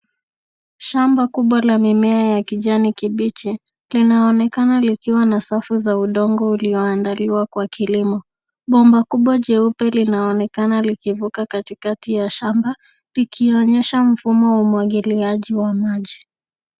Shamba kubwa la mimea ya kijani kibichi linaonekana likiwa na safu za udongo ulioandaliwa kwa kilimo. Bomba kubwa jeupe linaonekana likivuka katikati ya shamba likionyesha mfumo wa umwagiliaji wa maji.